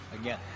Again